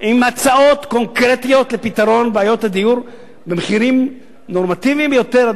עם הצעות קונקרטיות לפתרון בעיות הדיור במחירים נורמטיביים ביותר,